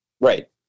Right